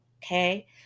Okay